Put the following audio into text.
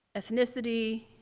ethnicity,